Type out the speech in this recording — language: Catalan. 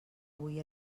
avui